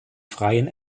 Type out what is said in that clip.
freien